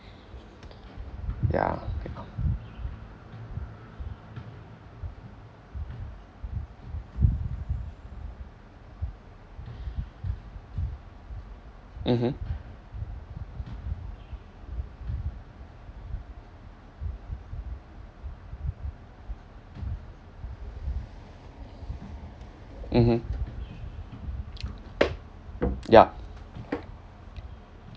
yeah mmhmm mmhmm ya